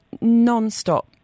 non-stop